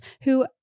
who-